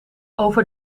over